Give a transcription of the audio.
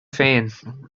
féin